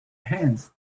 hands